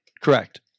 correct